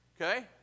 Okay